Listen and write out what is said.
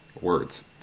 words